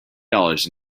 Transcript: dollars